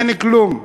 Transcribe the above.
אין כלום.